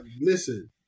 listen